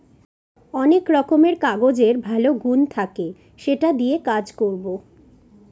অনেক রকমের কাগজের ভালো গুন থাকে সেটা দিয়ে কাজ করবো